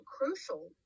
crucial